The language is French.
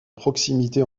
proximité